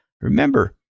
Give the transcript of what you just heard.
Remember